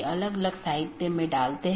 एक BGP के अंदर कई नेटवर्क हो सकते हैं